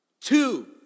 two